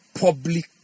public